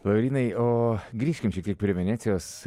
laurynai o grįžkim šiek tie prie venecijos